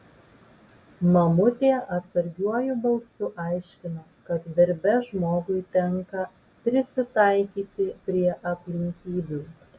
mamutė atsargiuoju balsu aiškino kad darbe žmogui tenka prisitaikyti prie aplinkybių